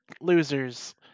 losers